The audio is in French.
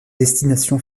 destination